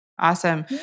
Awesome